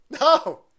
No